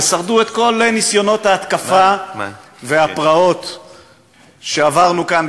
ושרדו את כל ניסיונות ההתקפה והפרעות שעברנו כאן,